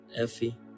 Effie